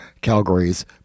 Calgary's